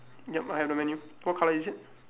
yup I have the menu what colour is it